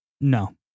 No